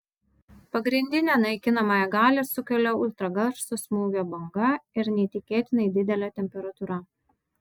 pagrindinę naikinamąją galią sukelia ultragarso smūgio banga ir neįtikėtinai didelė temperatūra